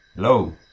Hello